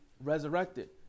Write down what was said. resurrected